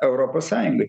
europos sąjungai